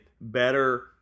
better